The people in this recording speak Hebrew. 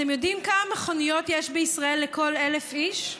אתם יודעים כמה מכוניות יש בישראל לכל 1,000 איש?